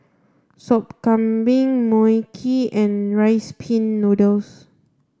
Sop Kambing Mui Kee and rice pin noodles